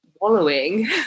wallowing